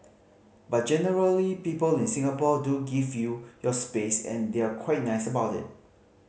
but generally people in Singapore do give you your space and they're quite nice about it